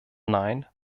nein